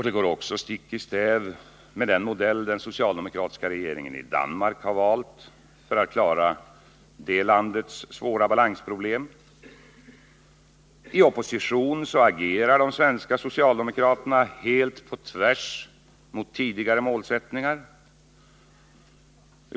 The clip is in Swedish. Den går också stick i stäv mot den modell den socialdemokratiska regeringen i Danmark har valt för att klara landets svåra balansproblem. I opposition agerar de svenska socialdemokraterna helt på tvärs mot tidigare målsättningar.